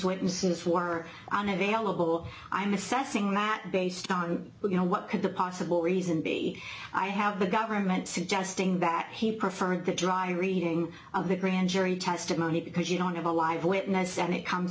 since we're on available i'm assessing that based on what you know what could the possible reason be i have the government suggesting that he preferred the dry reading of the grand jury testimony because you don't have a live witness and it comes